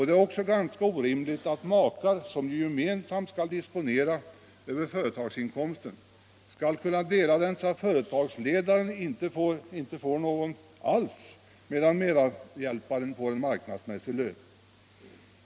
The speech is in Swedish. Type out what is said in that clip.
Det är också ganska orimligt att makar, som gemensamt skall disponera över företagsinkomsten, skall kunna dela den så att företagsledaren inte får något alls, medan medhjälparen får en marknadsmässig lön.